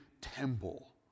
temple